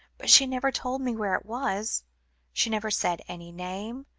but she never told me where it was she never said any name,